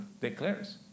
declares